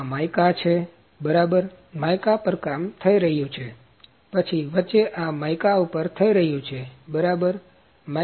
તો આ માઈકા છે બરાબર માઈકા પર છાપકામ થઈ રહ્યું છે પછી વચ્ચે આ માઈકા ઉપર થઈ રહ્યું છે બરાબર